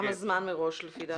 כמה זמן מראש לפי דעתך?